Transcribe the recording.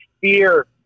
fear